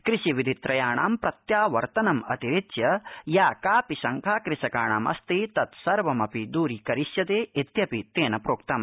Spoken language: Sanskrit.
कृषि विधित्रयाणां प्रत्यावर्तनमतिरिच्य या कापि शंका क्रषकाणामस्ति तत्सर्वमपि द्रीकरिष्यते इत्यपि तेन प्रोक्तम्